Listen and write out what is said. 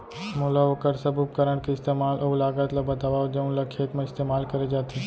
मोला वोकर सब उपकरण के इस्तेमाल अऊ लागत ल बतावव जउन ल खेत म इस्तेमाल करे जाथे?